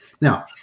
now